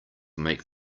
make